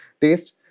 taste